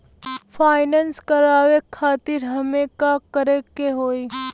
Finance करावे खातिर हमें का करे के होई?